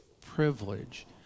privilege